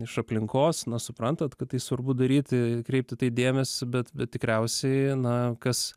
iš aplinkos na suprantat kad tai svarbu daryti kreipt į tai dėmesį bet bet tikriausiai na kas